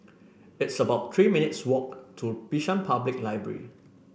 it's about Three minutes' walk to Bishan Public Library